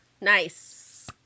nice